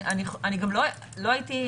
אני גם לא הייתי,